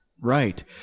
Right